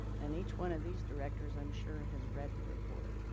and each one of these directors i'm sure has read the report.